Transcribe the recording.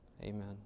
amen